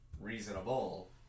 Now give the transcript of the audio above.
reasonable